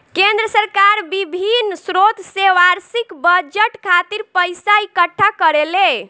केंद्र सरकार बिभिन्न स्रोत से बार्षिक बजट खातिर पइसा इकट्ठा करेले